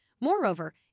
Moreover